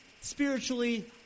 spiritually